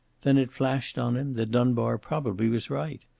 then it flashed on him that dunbar probably was right,